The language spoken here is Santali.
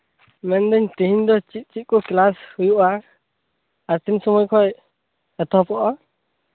ᱢᱮᱱᱫᱟᱹᱧ ᱛᱮᱦᱤᱧ ᱫᱚ ᱪᱮᱫ ᱪᱮᱫ ᱠᱚ ᱠᱪᱮᱞᱟᱥ ᱦᱩᱭᱩᱜᱼᱟ ᱟᱨ ᱛᱤᱱ ᱥᱚᱢᱚᱭ ᱠᱷᱚᱡ ᱮᱛᱚᱦᱚᱵᱚᱜᱼᱟ